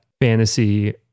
fantasy